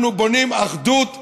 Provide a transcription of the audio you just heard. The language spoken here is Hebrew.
אנחנו בונים אחדות ותשתית,